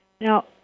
Now